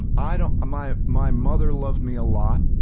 um and my my mother loved me a lot.